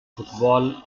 football